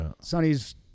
Sonny's